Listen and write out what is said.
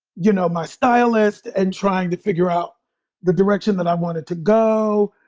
you know, my stylist and trying to figure out the direction that i wanted to go.